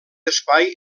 espai